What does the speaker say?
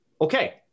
Okay